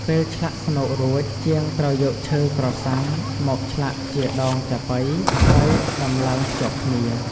ពេលឆ្លាក់ស្នូករួចហើយ ជាងត្រូវយកឈើក្រសាំងមកឆ្លាក់ជា ដងចាប៉ី ហើយដំឡើងភ្ជាប់គ្នា។